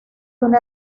una